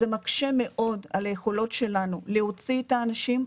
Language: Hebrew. זה מקשה מאוד על היכולות שלנו להוציא את האנשים,